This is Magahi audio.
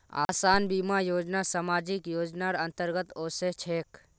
आसान बीमा योजना सामाजिक योजनार अंतर्गत ओसे छेक